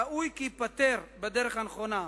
ראוי כי ייפתר בדרך הנכונה,